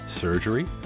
surgery